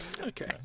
Okay